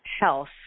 health